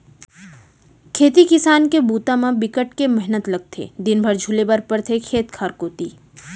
खेती किसान के बूता म बिकट के मेहनत लगथे दिन भर झुले बर परथे खेत खार कोती